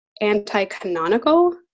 anti-canonical